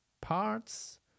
parts